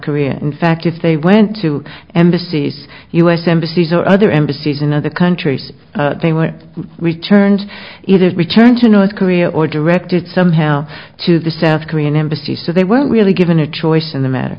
korea in fact if they went to and the seas u s embassies or other embassies in other countries they were returned it is returned to north korea or directed somehow to the south korean embassy so they weren't really given a choice in the matter